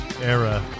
era